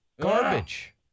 garbage